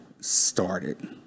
started